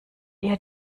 ihr